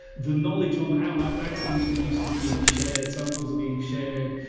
the knowledge on how that vaccine is produced is being shared, samples are being shared,